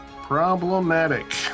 Problematic